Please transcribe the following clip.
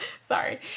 Sorry